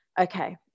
okay